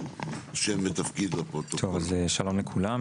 שלום לכולם.